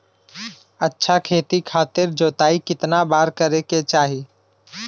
अच्छा खेती खातिर जोताई कितना बार करे के चाही?